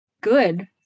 good